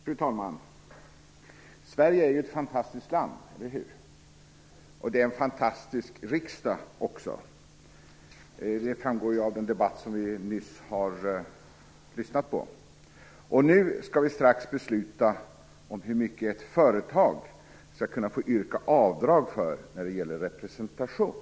Fru talman! Sverige är ett fantastiskt land, eller hur? Riksdagen är också fantastisk, vilket framgår av den debatt vi nyss har lyssnat på. Nu skall vi strax besluta om hur mycket ett företag skall få yrka avdrag för när det gäller representation.